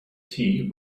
tea